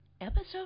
Episode